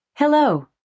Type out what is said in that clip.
Hello